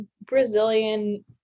Brazilian